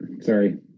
Sorry